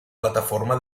plataforma